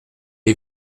est